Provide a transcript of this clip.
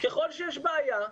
ככל שיש בעיה,